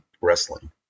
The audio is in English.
wrestling